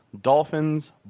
Dolphins